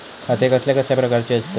खाते कसल्या कसल्या प्रकारची असतत?